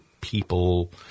people